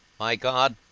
my god,